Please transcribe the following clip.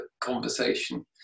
conversation